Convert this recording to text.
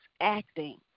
acting